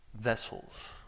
vessels